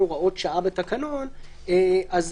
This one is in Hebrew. היא